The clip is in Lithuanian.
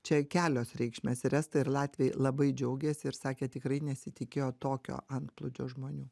čia kelios reikšmės ir estai ir latviai labai džiaugėsi ir sakė tikrai nesitikėjo tokio antplūdžio žmonių